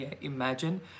imagine